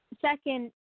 second